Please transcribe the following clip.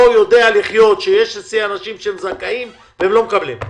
יכול לחיות עם העובדה שיש אצלי אנשים זכאים אבל לא מקבלים.